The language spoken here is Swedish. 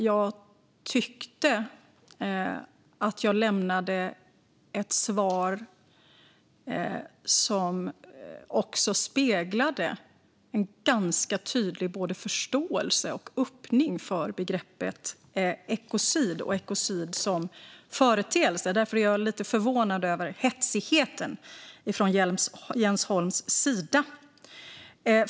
Jag tyckte att jag lämnade ett svar som också speglade en tydlig förståelse och öppning för begreppet ekocid och ekocid som företeelse. Därför är jag lite förvånad över hetsigheten från Jens Holms sida.